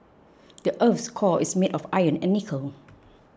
the earth's core is made of iron and nickel